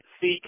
seek